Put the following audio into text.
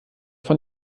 von